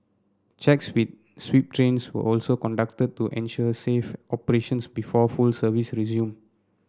checks with sweep trains were also conducted to ensure safe operations before full service resumed